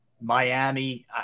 Miami